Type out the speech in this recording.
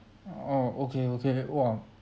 oh okay okay !wah!